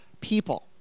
people